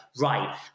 right